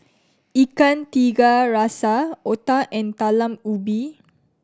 Ikan Tiga Rasa otah and Talam Ubi